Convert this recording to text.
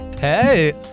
Hey